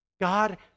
God